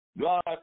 God